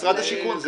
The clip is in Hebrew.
משרד השיכון.